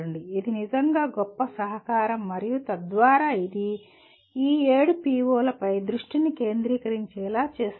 ఇది నిజంగా గొప్ప సహకారం మరియు తద్వారా ఇది ఈ 7 PO లపై మీ దృష్టిని కేంద్రీకరించేలా చేస్తుంది